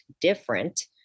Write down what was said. different